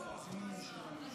חזק וברוך, השר.